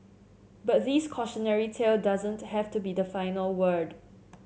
but this cautionary tale doesn't have to be the final word